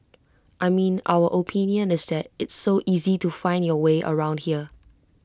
I mean our opinion is that it's so easy to find your way around here